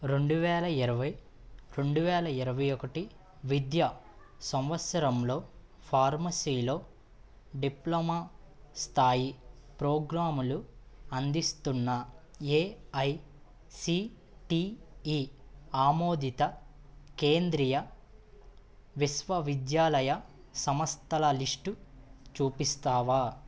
రెండు వేల ఇరవై రెండు వేల ఇరవై ఒకటి విద్యా సంవత్సరంలో ఫార్మసీలో డిప్లమా స్థాయి ప్రోగ్రాములు అందిస్తున్న ఏఐసీటిఈ ఆమోదిత కేంద్రీయ విశ్వ విద్యాలయ సంస్థల లిస్టు చూపిస్తావా